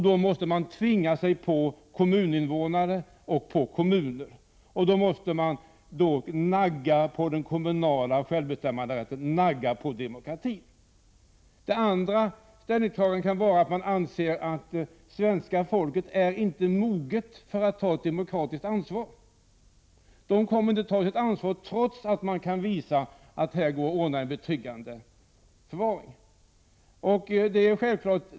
Då måste man tvinga sig på kommuninvånare och kommuner, och då måste man alltså nagga på den kommunala självbestämmanderätten, nagga på demokratin. Det andra är att man kan anse att svenska folket inte är moget att ta ett demokratiskt ansvar. Det kommer inte att ta sitt ansvar trots att det kan visa sig att det går att ordna en betryggande förvaring.